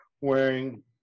wearing